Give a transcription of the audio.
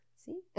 See